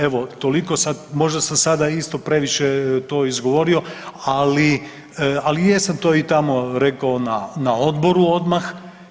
Evo toliko sada, možda sam sada isto previše to izgovorio, ali jesam to i tamo rekao na Odboru odmah.